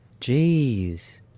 Jeez